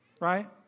Right